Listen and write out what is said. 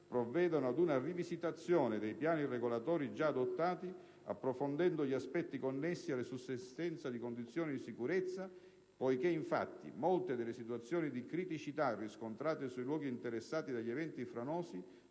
provvedano ad una rivisitazione dei piani regolatori già adottati approfondendo gli aspetti connessi alla sussistenza delle condizioni di sicurezza poiché, infatti, molte delle situazioni di criticità riscontrate sui luoghi interessati dagli eventi franosi